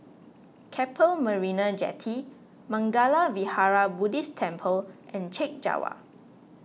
Keppel Marina Jetty Mangala Vihara Buddhist Temple and Chek Jawa